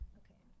okay